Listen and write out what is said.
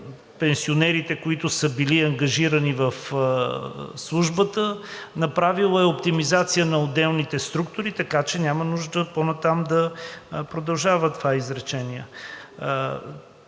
пенсионерите, които са били ангажирани в службата, направила е оптимизация на отделните структури, така че няма нужда по-натам да продължава това изречение.